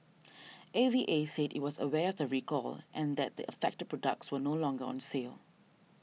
A V A said it was aware of the recall and that the affected products were no longer on sale